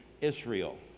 Israel